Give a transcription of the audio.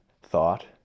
thought